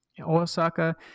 Osaka